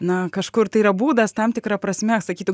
na kažkur tai yra būdas tam tikra prasme sakytų